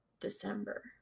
December